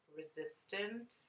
resistant